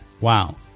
Wow